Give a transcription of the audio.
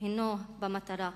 הינו במטרה,